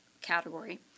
category